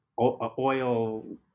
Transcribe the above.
oil